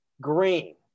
Green